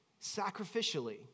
sacrificially